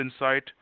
insight